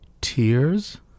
tears